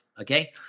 Okay